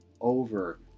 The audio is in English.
over